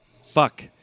fuck